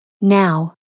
Now